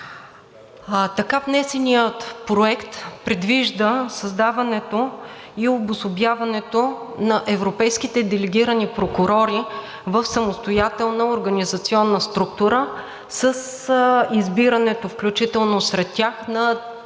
Така внесеният Проект предвижда създаването и обособяването на европейските делегирани прокурори в самостоятелна организационна структура с избирането включително сред тях на